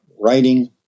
writing